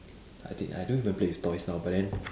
I think I don't even play with toys now but then